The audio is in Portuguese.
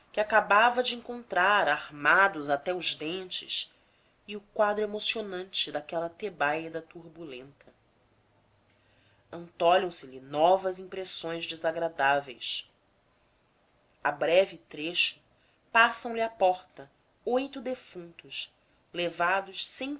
acabava de encontrar armados até aos dentes e o quadro emocionante daquela tebaida turbulenta antolham se lhe novas impressões desagradáveis a breve trecho passam lhe à porta oito defuntos levados sem